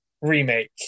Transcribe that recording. remake